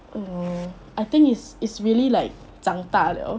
ya lor I think is is really like 长大了